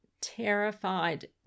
terrified